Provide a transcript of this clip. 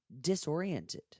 disoriented